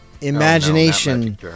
Imagination